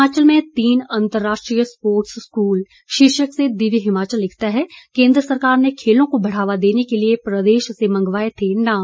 हिमाचल में तीन अंतर्राष्ट्रीय स्पोर्टस स्कूल शीर्षक से दिव्य हिमाचल लिखता है केंद्र सरकार ने खेलों को बढ़ावा देने के लिए प्रदेश से मंगवाए थे नाम